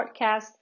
podcast